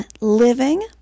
living